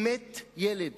כי מת ילד